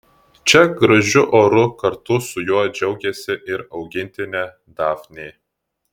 čia gražiu oru kartu su juo džiaugiasi ir augintinė dafnė